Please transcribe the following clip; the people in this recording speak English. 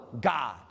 God